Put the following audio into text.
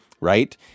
right